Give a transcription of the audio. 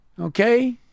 okay